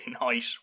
night